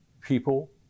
people